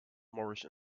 moorish